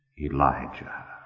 Elijah